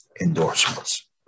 endorsements